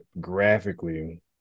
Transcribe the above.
graphically